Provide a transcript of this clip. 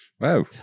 Wow